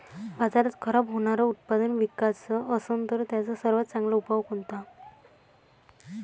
बाजारात खराब होनारं उत्पादन विकाच असन तर त्याचा सर्वात चांगला उपाव कोनता?